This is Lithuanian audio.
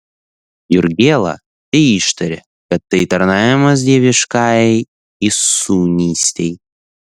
jurgėla teištarė kad tai tarnavimas dieviškajai įsūnystei